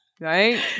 Right